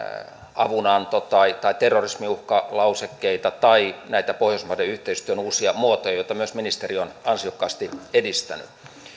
avunanto tai tai terrorismiuhkalausekkeita tai näitä pohjoismaiden yhteistyön uusia muotoja joita myös ministeri on ansiokkaasti edistänyt